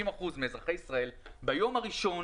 90 אחוזים מאזרחי ישראל תהיה מחויבת ביום הראשון